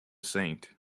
saint